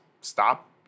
stop